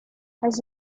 has